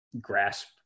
grasp